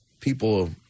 people